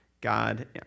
God